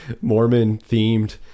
Mormon-themed